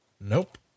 Nope